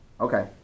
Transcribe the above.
Okay